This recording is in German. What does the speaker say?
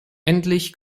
endlich